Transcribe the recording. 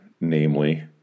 namely